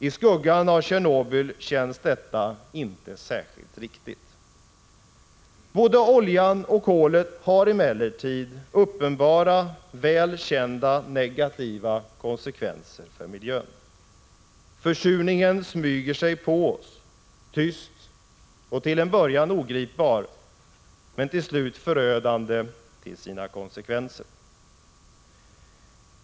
I skuggan av Tjernobyl känns det inte särskilt riktigt. Både oljan och kolet har emellertid uppenbara, väl kända negativa konsekvenser för miljön. Försurningen smyger sig på oss — tyst och till en början ogripbar, men till slut förödande till sina konsekvenser.